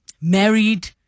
married